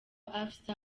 afsa